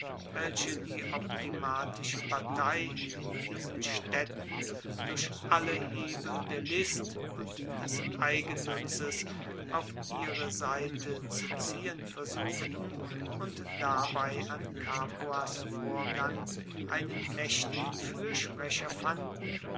welche die optimatische partei in diesen staedten durch alle hebel der list und des eigennutzes auf ihre seite zu ziehen versuchten und dabei an capuas vorgang einen maechtigen fuersprecher fanden